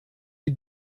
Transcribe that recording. die